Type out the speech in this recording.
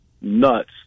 nuts